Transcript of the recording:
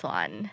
one